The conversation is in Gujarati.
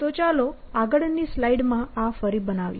તો ચાલો આગળની સ્લાઈડમાં આ ફરી બનાવીએ